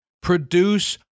produce